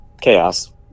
chaos